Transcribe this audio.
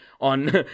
on